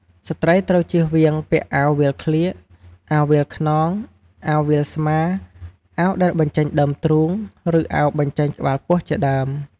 ស្រី្តត្រូវជៀសវាងពាក់ អាវវាលក្លៀក អាវវាលខ្នង អាវវាលស្មា អាវដែលបញ្ចេញដើមទ្រូង ឬ អាវបញ្ចេញក្បាលពោះ ជាដើម។